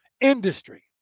industry